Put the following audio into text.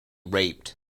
raped